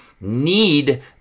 need